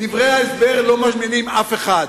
דברי ההסבר לא מעניינים אף אחד,